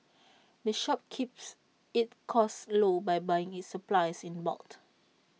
the shop keeps its costs low by buying its supplies in bulk